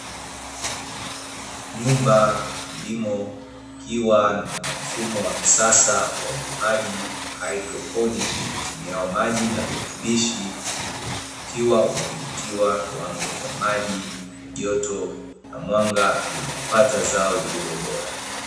Nyumba ya kilimo ikiwa na mfumo wa kisasa wa ulimaji wa haidroponi utumiao maji na virutubishi; ukiwa umedhibitiwa kiwango cha maji, joto na mwanga; ili kupta zao lililo bora.